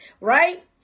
right